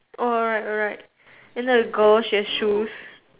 oh right right right and then the girl she has shoes